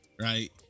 right